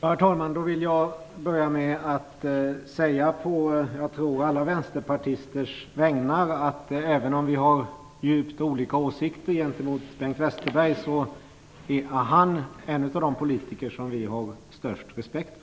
Herr talman! Jag vill börja med att på, som jag tror, alla vänsterpartisters vägnar säga att även om vi har djupt olika åsikter gentemot Bengt Westerberg så är han en av de politiker som vi har störst respekt